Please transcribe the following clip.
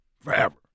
forever